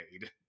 made